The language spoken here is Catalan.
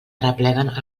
arrepleguen